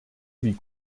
wie